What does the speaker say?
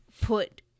put